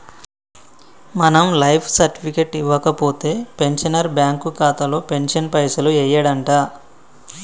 మనం life certificate ఇవ్వకపోతే pensioner bank ఖాతాలో పెన్షన్ పైసలు యెయ్యడంట